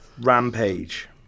Rampage